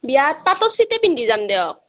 বিয়াত পাটৰ চিটেই পিন্ধি যাম দিয়ক